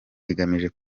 igamije